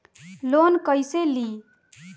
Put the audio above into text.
Loan कईसे ली?